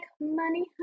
money